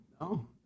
No